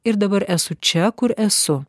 ir dabar esu čia kur esu